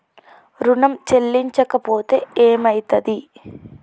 ఋణం చెల్లించకపోతే ఏమయితది?